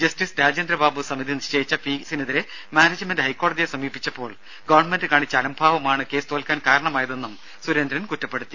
justice Rajendra Babu സമിതി നിശ്ചയിച്ച ഫീസിനെതിരെ മാനേജ്മെന്റ് ഹൈക്കോടതിയെ സമീപിച്ചപ്പോൾ ഗവൺമെന്റ് കാണിച്ച അലംഭാവമാണ് കേസ് തോൽക്കാൻ കാരണമായതെന്നും സുരേന്ദ്രൻ കുറ്റപ്പെടുത്തി